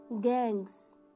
gangs